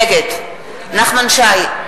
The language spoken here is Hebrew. נגד נחמן שי,